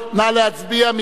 נא להצביע.